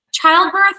childbirth